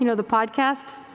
you know the podcast?